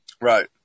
Right